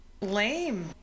lame